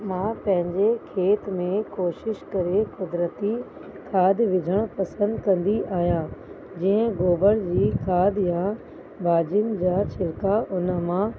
मां पंहिंजे खेत में कोशिश करे कुदिरती खाद्य विझण पसंदि कंदी आहियां जीअं गोबर जी खाद्य या भाॼियुनि जा छिलका हुन मां